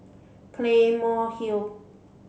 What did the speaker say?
Claymore Hill